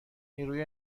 نیروی